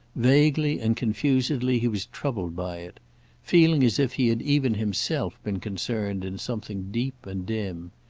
vaguely and confusedly he was troubled by it feeling as if he had even himself been concerned in something deep and dim.